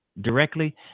directly